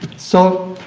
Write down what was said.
so